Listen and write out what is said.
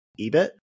EBIT